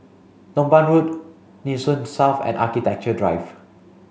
lompang Road Nee Soon South and Architecture Drive